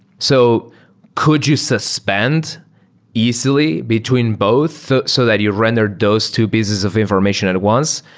so could you suspend easily between both so that you rendered those two pieces of information at once?